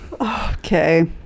Okay